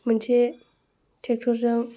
मोनसे ट्रेक्टरजों